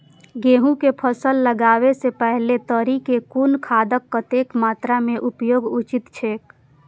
गेहूं के फसल लगाबे से पेहले तरी में कुन खादक कतेक मात्रा में उपयोग उचित छेक?